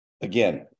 Again